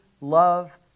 love